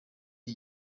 iki